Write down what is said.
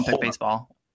baseball